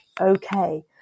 Okay